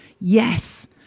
Yes